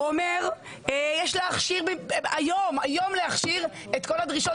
אומר: יש להכשיר היום את כל הדרישות